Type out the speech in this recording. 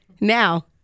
now